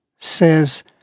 says